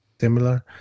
similar